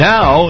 Now